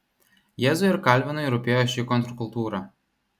jėzui ir kalvinui rūpėjo ši kontrkultūra